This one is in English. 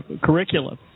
curriculum